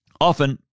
Often